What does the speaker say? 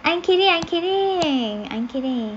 I'm kidding I'm kidding I'm kidding